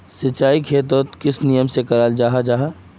सिंचाई खेतोक किस नियम से कराल जाहा जाहा?